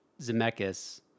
Zemeckis